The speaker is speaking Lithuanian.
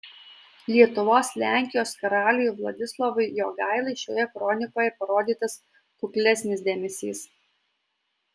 lietuvos lenkijos karaliui vladislovui jogailai šioje kronikoje parodytas kuklesnis dėmesys